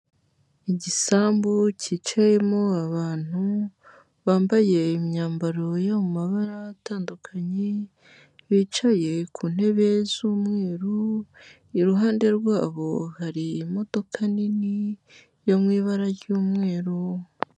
Igisambu cyicayemo abantu, bambaye imyambaro yo mu mabara atandukanye, bicaye ku ntebe z'umweru, iruhande rwabo hari imodoka nini yo mu ibara ry'umweru.